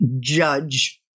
judge